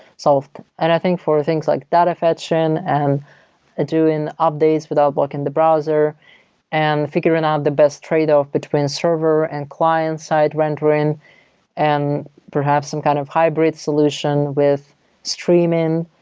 so i think for things like data fetching and doing updates without blocking the browser and figuring out the best tradeoff between server and client-side rendering and perhaps some kind of hybrid solution with streaming,